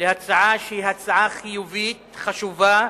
להצעה שהיא הצעה חיובית, חשובה,